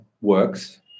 works